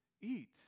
eat